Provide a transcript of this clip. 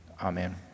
Amen